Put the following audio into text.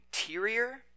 interior